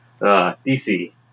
DC